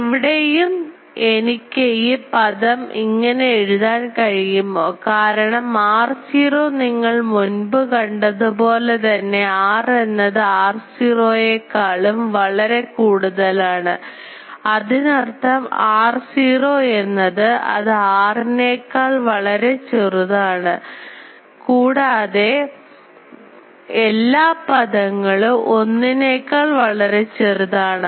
ഇവിടെയും എനിക്ക് ഈ പദം ഇങ്ങനെ എഴുതാൻ കഴിയുമോ കാരണം r0 നിങ്ങൾ മുൻപേ കണ്ടതുപോലെ തന്നെ r എന്നത് r0 യെ കാലും വളരെ കൂടുതലാണ് ആണ്അതിനർത്ഥം r0 എന്നത് അത് r നേക്കാൾ വളരെ ചെറുതാണ് ആണ് കൂടാതെ എല്ലാ പദങ്ങളും ഒന്നിനേക്കാൾ വളരെ ചെറുതാണ്